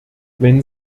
wenn